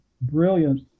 brilliant